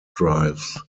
drives